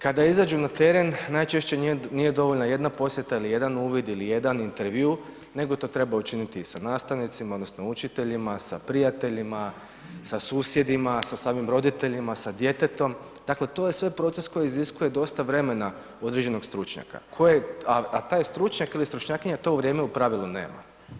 Kada izađu na teren, najčešće nije dovoljna jedna posjeta ili jedan uvid ili jedan intervju, nego to treba učiniti i sa nastavnicima odnosno učiteljima, sa prijateljima, sa susjedima, sa samim roditeljima, sa djetetom, dakle to je sve proces koji iziskuje dosta vremena određenog stručnjaka, a taj stručnjak ili stručnjakinja u to vrijeme u pravilu nema.